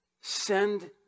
send